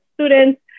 students